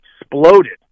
exploded